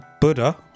Buddha